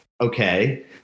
okay